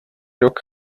rok